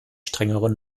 strengeren